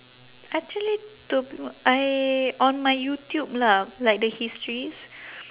actually to I on my youtube lah like the histories